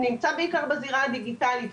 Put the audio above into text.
נמצאים בעיקר בזירה הדיגיטלית,